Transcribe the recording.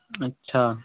अच्छा